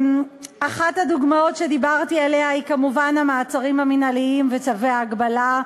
אחת הדוגמאות שדיברתי עליה היא כמובן המעצרים המינהליים וצווי ההגבלה.